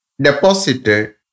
deposited